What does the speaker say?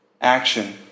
action